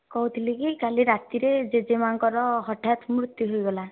କହୁଥିଲି କି କାଲି ରାତିରେ ଜେଜେମା'ଙ୍କର ହଠାତ୍ ମୃତ୍ୟୁ ହୋଇଗଲା